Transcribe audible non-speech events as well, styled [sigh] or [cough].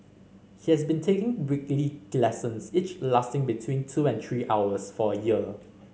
he has been taking weekly [unintelligible] lessons each lasting between two and three hours for a year